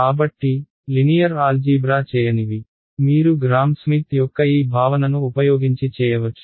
కాబట్టి linear algebra చేయనివి మీరు గ్రామ్ స్మిత్ యొక్క ఈ భావనను ఉపయోగించి చేయవచ్చు